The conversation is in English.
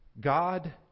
God